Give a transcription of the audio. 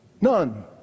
None